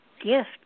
gift